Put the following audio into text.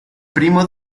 primo